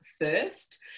first